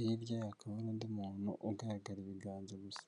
hirya ye hakaba n'undi muntu ugaragara ibiganza gusa.